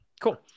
cool